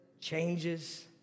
Changes